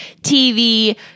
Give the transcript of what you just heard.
TV